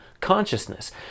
consciousness